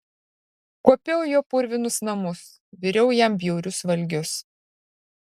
kuopiau jo purvinus namus viriau jam bjaurius valgius